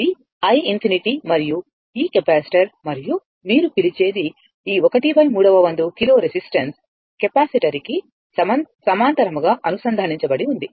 ఇది i ∞మరియు ఈ కెపాసిటర్ మరియు మీరు పిలిచేది ఈ ⅓ వ వంతు కిలో రెసిస్టెన్స్ కెపాసిటర్ కి సమాంతరంగా అనుసంధానించబడి ఉంది